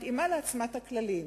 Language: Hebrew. מתאימה לעצמה את הכללים.